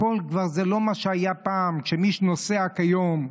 הכול זה כבר לא מה שהיה פעם, ומי שנוסע כיום,